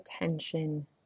attention